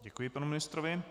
Děkuji panu ministrovi.